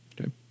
Okay